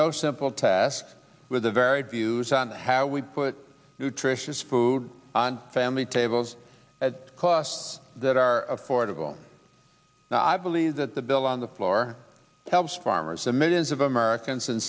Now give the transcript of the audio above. no simple task with a very deuce on how we put nutritious food on family tables at costs that are affordable now i believe that the bill on the floor helps farmers and millions of americans in